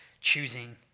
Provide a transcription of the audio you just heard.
choosing